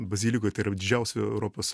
bazilikoj tai yra didžiausioj europos